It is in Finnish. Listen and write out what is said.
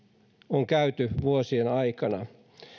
on käyty vuosien aikana